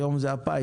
היום זה הפיס,